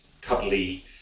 cuddly